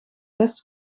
rest